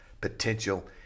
potential